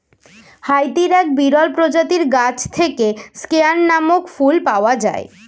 হাইতির এক বিরল প্রজাতির গাছ থেকে স্কেয়ান নামক ফুল পাওয়া যায়